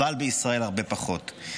אבל בישראל הרבה פחות.